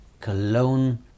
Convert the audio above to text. Cologne